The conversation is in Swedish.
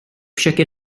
försöker